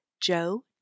Joe